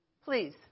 Please